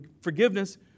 forgiveness